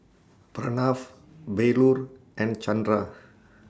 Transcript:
Pranav Bellur and Chandra